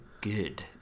good